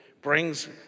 Brings